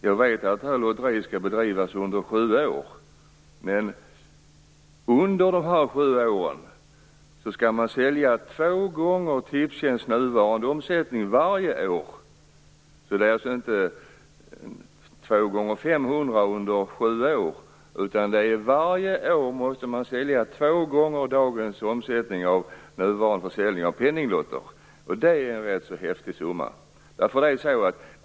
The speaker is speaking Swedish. Jag vet att lotteriet skall bedrivas under sju år. Men under dessa sju år skall man sälja två gånger Tipstjänst nuvarande omsättning varje år. Det är alltså inte två gånger 500 under sju år, utan varje år måste man sälja två gånger dagens omsättning av nuvarande försäljning av penninglotter. Det är en rätt så häftig summa.